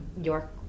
York